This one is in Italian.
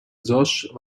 josh